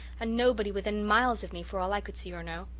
and nobody within miles of me, for all i could see or know.